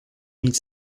mille